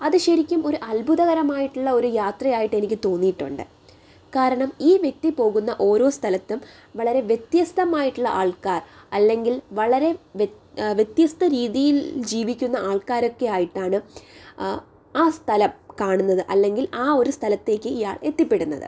അത് ശരിക്കും ഒരു അത്ഭുതകരമായിട്ടുള്ള ഒരു യാത്ര ആയിട്ട് എനിക്ക് തോന്നിയിട്ടുണ്ട് കാരണം ഈ വ്യക്തി പോകുന്ന ഓരോ സ്ഥലത്തും വളരെ വ്യത്യസ്തമായിട്ടുള്ള ആൾക്കാർ അല്ലെങ്കിൽ വളരെ വ്യ വ്യത്യസ്ത രീതിയിൽ ജീവിക്കുന്ന ആൾക്കാരൊക്കെ ആയിട്ടാണ് ആ സ്ഥലം കാണുന്നത് അല്ലെങ്കിൽ ആ ഒരു സ്ഥലത്തേക്കു ഇയാൾ എത്തിപ്പെടുന്നത്